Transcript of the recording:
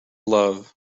love